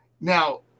now